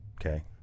Okay